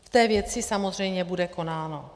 V té věci samozřejmě bude konáno.